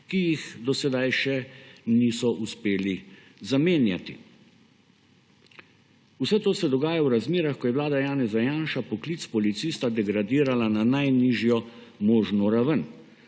ki jih do sedaj še niso uspeli zamenjati. Vse to se dogaja v razmerah, ko je vlada Janeza Janše poklic policista degradirala na najnižjo možno raven.